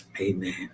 Amen